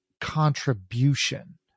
contribution